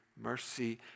mercy